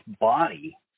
body